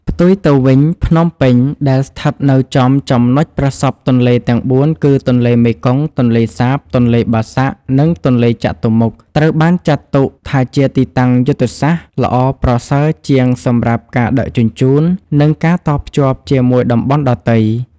ផ្ទុយទៅវិញ ភ្នំពេញ ដែលស្ថិតនៅចំចំណុចប្រសព្វទន្លេទាំងបួនគឺទន្លេមេគង្គ ទន្លេសាប ទន្លេបាសាក់ និងទន្លេចតុមុខ ត្រូវបានចាត់ទុកថាជាទីតាំងយុទ្ធសាស្ត្រល្អប្រសើរជាងសម្រាប់ការដឹកជញ្ជូន និងការតភ្ជាប់ជាមួយតំបន់ដទៃ។